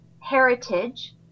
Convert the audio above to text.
heritage